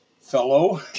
fellow